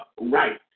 right